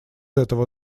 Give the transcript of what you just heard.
этого